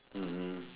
mmhmm